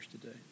today